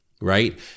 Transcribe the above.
right